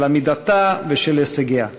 של עמידתה ושל הישגיה.